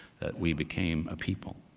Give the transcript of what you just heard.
that we became a people.